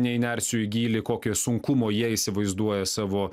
neįnersiu į gylį kokio sunkumo jie įsivaizduoja savo